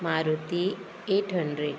Maruti eight hundred